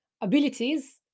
abilities